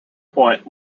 point